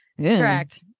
Correct